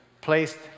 placed